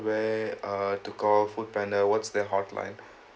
where uh to call Foodpanda what's their hotline